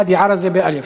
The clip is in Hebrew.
ואדי-עארה זה באל"ף.